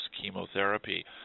chemotherapy